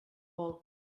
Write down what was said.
vol